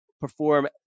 perform